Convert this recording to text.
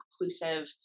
inclusive